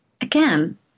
again